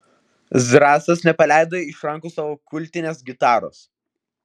zrazas nepaleido iš rankų savo kultinės gitaros